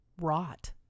rot